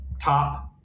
top